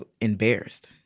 embarrassed